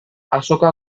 azoka